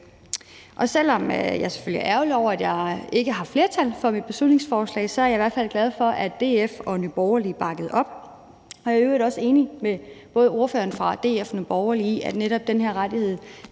Selv om jeg selvfølgelig er ærgerlig over, at jeg ikke har flertal for mit beslutningsforslag, er jeg i hvert fald glad for, at DF og Nye Borgerlige bakker op. Jeg er i øvrigt også enig med både ordføreren fra DF og ordføreren fra Nye Borgerlige